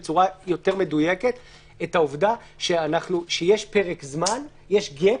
בצורה יותר מדויקת את העובדה שיש gap,